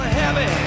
heavy